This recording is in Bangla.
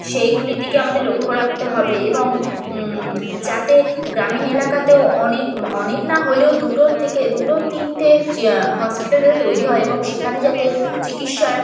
সেইগুলির দিকে আমাদের লক্ষ রাখতে হবে এবং যাতে গ্রামীণ এলাকাতেও অনেক অনেক না হলেও দুটোর থেকে দুটো তিনটের চেয়ে হসপিটাল যাতে তৈরি হয় এবং সেখানে যাতে চিকিৎসার